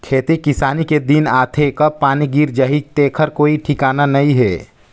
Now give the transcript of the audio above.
खेती किसानी के दिन आथे कब पानी गिर जाही तेखर कोई ठिकाना नइ हे